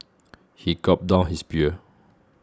he gulped down his beer